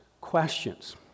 questions